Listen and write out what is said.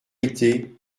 été